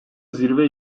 zirve